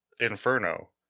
inferno